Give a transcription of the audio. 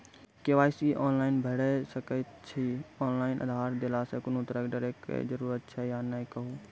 KYC online भैरि सकैत छी, ऑनलाइन आधार देलासॅ कुनू तरहक डरैक जरूरत छै या नै कहू?